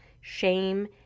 shame